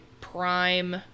prime